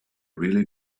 really